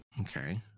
Okay